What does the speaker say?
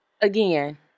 again